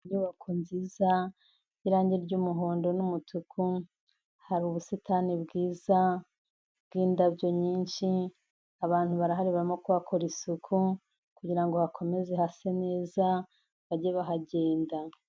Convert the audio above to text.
Inyubako nziza y'irangi ry'umuhondo n'umutuku, hari ubusitani bwiza bw'indabyo nyinshi, abantu barahari barimo kuhakora isuku kugira ngo hakomeze hase neza bajye bahagenda.